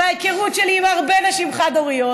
מההיכרות שלי עם הרבה נשים חד-הוריות,